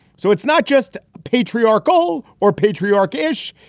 so it's not just patriarchal or patriarchy ish.